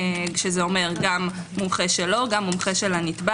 זאת אומרת גם מומחה שלו וגם מומחה של הנתבע